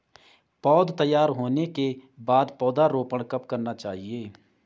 पौध तैयार होने के बाद पौधा रोपण कब करना चाहिए?